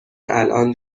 الان